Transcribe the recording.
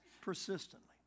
persistently